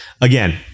again